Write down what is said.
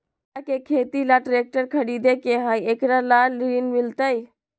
हमरा के खेती ला ट्रैक्टर खरीदे के हई, एकरा ला ऋण मिलतई?